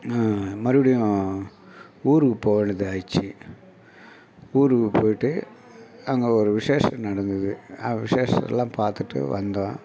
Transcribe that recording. மறுபடியும் ஊருக்கு போக வேண்டியதாகிருச்சு ஊருக்கு போய்விட்டு அங்கே ஒரு விசேஷம் நடந்தது அந்த விசேஷல்லாம் பார்த்துட்டு வந்தோம்